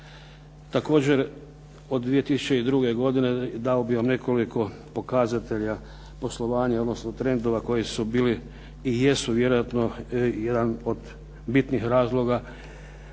Također od 2002. godine dao bih vam nekoliko pokazatelja poslovanja, odnosno trendova koji su bili i jesu jedan od bitnih razloga